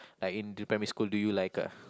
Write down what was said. like in the primary school do you like a